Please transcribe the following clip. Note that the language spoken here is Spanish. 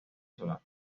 solar